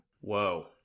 Whoa